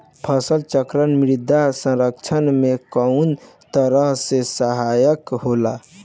फसल चक्रण मृदा संरक्षण में कउना तरह से सहायक होला?